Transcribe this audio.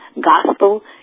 gospel